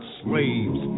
slaves